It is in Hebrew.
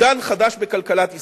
עידן חדש בכלכלת ישראל.